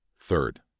Third